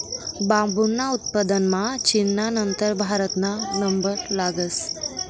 बांबूना उत्पादनमा चीनना नंतर भारतना नंबर लागस